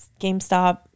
GameStop